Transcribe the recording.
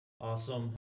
Awesome